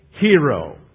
hero